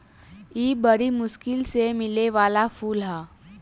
इ बरी मुश्किल से मिले वाला फूल ह